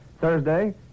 Thursday